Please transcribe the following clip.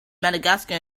madagascar